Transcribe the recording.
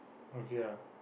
okay lah